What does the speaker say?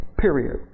period